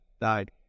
died